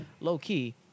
low-key